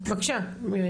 בבקשה, מירי.